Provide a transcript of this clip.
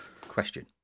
Question